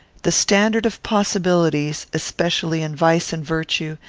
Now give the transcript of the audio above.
the standard of possibilities, especially in vice and virtue,